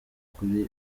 kuri